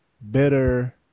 better